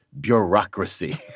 bureaucracy